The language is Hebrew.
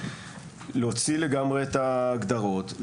להוציא לגמרי את ההגדרות.